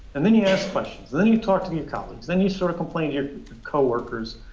and then you ask questions, and then you talk to your colleagues, then you sort of complain to your coworkers,